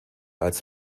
als